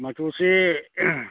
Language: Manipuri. ꯃꯆꯨꯁꯤ